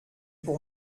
pour